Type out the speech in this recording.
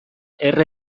erre